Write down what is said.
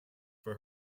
for